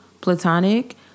platonic